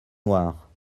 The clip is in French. noire